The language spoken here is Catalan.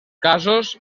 casos